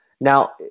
Now